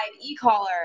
e-collar